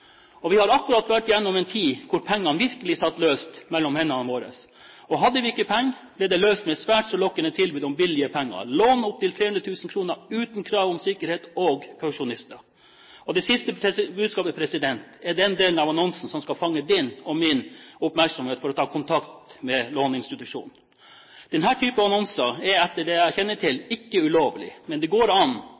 Vi har akkurat vært gjennom en tid hvor pengene virkelig satt løst mellom hendene våre, og hadde vi ikke penger, ble det løst ved svært så lokkende tilbud om billige penger: «Lån opptil 300 000 kroner uten krav om sikkerhet og kausjonister.» Det siste budskapet er den delen av annonsen som skal fange din og min oppmerksomhet for å ta kontakt med låneinstitusjonen. Denne type annonser er, etter det jeg kjenner til, ikke ulovlig, men det går an